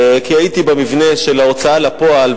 כי הייתי במבנה של ההוצאה לפועל,